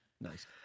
Nice